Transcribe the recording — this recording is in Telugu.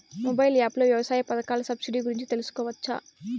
మొబైల్ యాప్ లో వ్యవసాయ పథకాల సబ్సిడి గురించి తెలుసుకోవచ్చా?